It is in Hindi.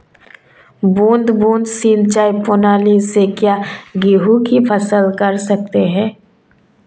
बूंद बूंद सिंचाई प्रणाली से क्या गेहूँ की फसल कर सकते हैं?